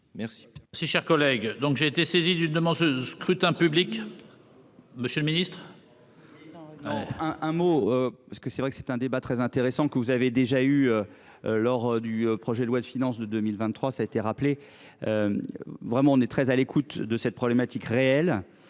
Merci. Si cher collègue donc j'ai été saisi d'une demande ce scrutin public. Monsieur le Ministre. Étant. Un, un mot parce que c'est vrai que c'est un débat très intéressant que vous avez déjà eu. Lors du projet de loi de finances de 2023. Ça été rappelé. Vraiment on est très à l'écoute de cette problématique, réelle